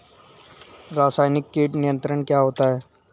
रसायनिक कीट नियंत्रण क्या होता है?